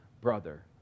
brother